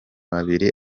babiri